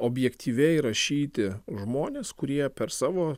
objektyviai rašyti žmonės kurie per savo